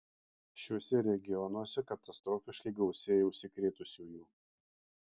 šiuose regionuose katastrofiškai gausėja užsikrėtusiųjų